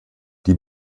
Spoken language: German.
die